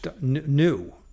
new